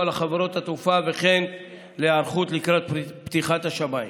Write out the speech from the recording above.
לחברות התעופה וכן להיערכות לקראת פתיחת השמיים.